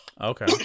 okay